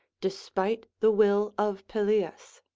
despite the will of pelias.